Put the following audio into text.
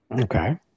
okay